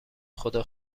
خدا